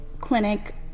clinic